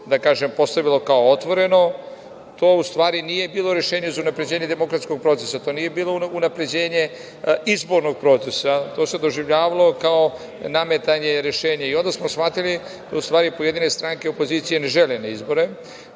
da kažem, postavilo kao otvoreno, to u stvari nije bilo rešenje za unapređenje demokratskog procesa, to nije bilo unapređenje izbornog procesa, to se doživljavalo kao nametanje rešenja. Onda smo shvatili da, u stvari, pojedine stranke opozicije ne žele na izbore,